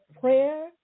prayer